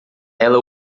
ela